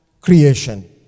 creation